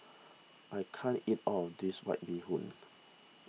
I can't eat all of this White Bee Hoon